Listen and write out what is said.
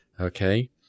Okay